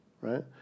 right